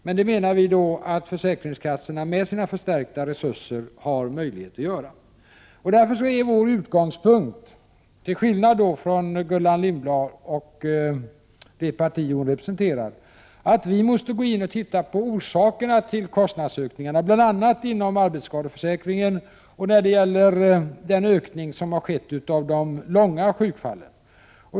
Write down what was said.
Men vi menar att försäkringskassorna med sina förstärkta resurser har möjlighet att göra det. Därför är vår utgångspunkt, till skillnad från Gullan Lindblads och moderaternas, att vi måste gå in och ta reda på orsakerna till kostnadsökningarna, bl.a. inom arbetsskadeförsäkringen och när det gäller den ökning som har skett av de långvariga sjukfallen.